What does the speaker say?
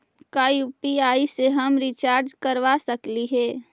का यु.पी.आई से हम रिचार्ज करवा सकली हे?